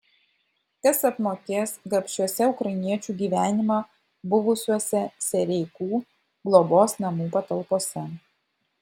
kas apmokės gabšiuose ukrainiečių gyvenimą buvusiuose sereikų globos namų patalpose